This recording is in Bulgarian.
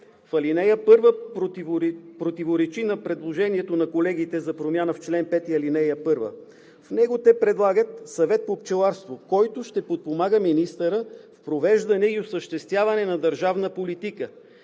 Алинея 1 противоречи на предложението на колегите за промяна в чл. 5, ал. 1. и те предлагат Съвет по пчеларство, който ще подпомага министъра в провеждането и осъществяването на държавна политика.